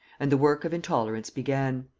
and the work of intolerance began.